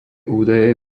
údaje